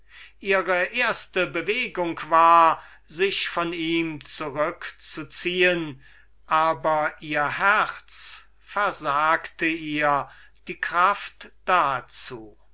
ihre erste bewegung war sich von ihm zurückzuziehen aber ihr herz versagte ihr die kraft dazu